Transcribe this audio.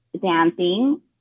dancing